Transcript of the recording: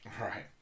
Right